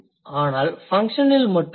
ஆனால் ஃபன்க்ஷனில் மட்டும் அல்ல